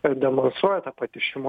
ir demonstruoja ta pati šimo